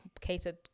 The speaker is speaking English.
catered